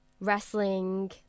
wrestling